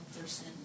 person